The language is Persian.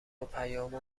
پیامو